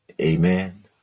Amen